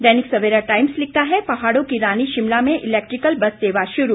Dainik Savera Times लिखता है पहाड़ों की रानी शिमला में इलैक्ट्रिकल बस सेवा शुरू